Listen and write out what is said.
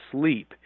sleep